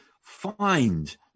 find